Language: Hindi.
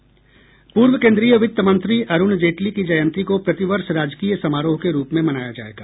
पूर्व केन्द्रीय वित्त मंत्री अरुण जेटली की जयंती को प्रतिवर्ष राजकीय समारोह के रूप में मनाया जायेगा